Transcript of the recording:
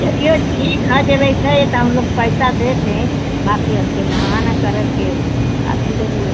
चलिए ठीक है जब ऐसै है तो हम लोग पैसा देते हें बाकी हमके नहाना करर के साधन दै देई